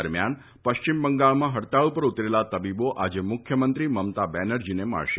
દરમિયાન પશ્ચિમ બંગાળમાં હડતાળ પર ઉતરેલા તબીબો આજે મુખ્યમંત્રી મમતા બેનર્જીને મળશે